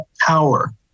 power